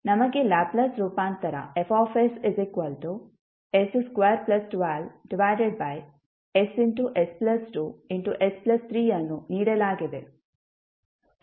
ನಮಗೆ ಲ್ಯಾಪ್ಲೇಸ್ ರೂಪಾಂತರ Fss212ss2s3ಅನ್ನು ನೀಡಲಾಗಿದೆ